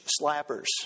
slappers